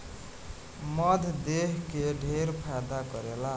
मध देह के ढेर फायदा करेला